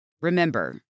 Remember